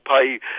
pay